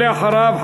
ואחריו,